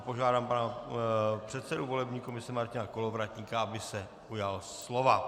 Požádám pana předsedu volební komise Martina Kolovratníka, aby se ujal slova.